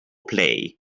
play